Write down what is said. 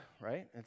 right